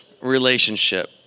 relationship